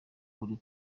buri